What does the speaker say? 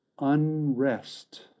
unrest